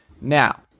Now